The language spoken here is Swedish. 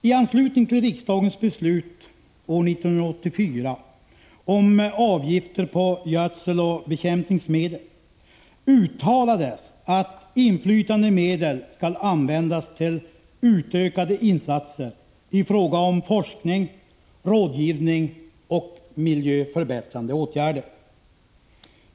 I anslutning till riksdagens beslut år 1984 om avgifter på gödseloch bekämpningsmedel uttalades att inflytande medel skall användas till utökade insatser i fråga om forskning, rådgivning och miljöförbättrande åtgärder.